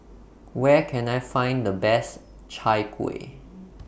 Where Can I Find The Best Chai Kueh